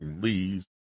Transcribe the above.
please